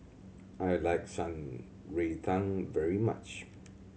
I like Shan Rui Tang very much